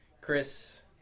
Chris